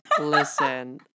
listen